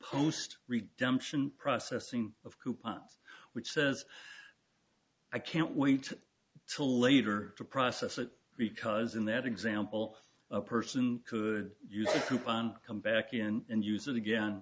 post redemption processing of coupons which says i can't wait till later to process it because in that example a person could use a coupon come back in and use it again